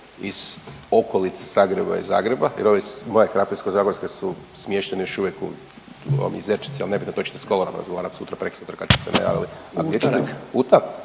iz okolice Zagreba i Zagreba jer ovi iz moje Krapinsko-zagorske su smješteni još uvijek u …/Govornik se ne razumije/…al nebitno, to ćete s Kolarom razgovarati sutra, prekosutra kad ste se najavili…